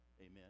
amen